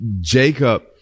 Jacob